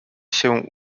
się